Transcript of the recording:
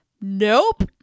Nope